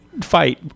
fight